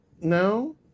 No